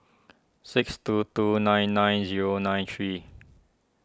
six two two nine nine zero nine three